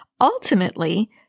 Ultimately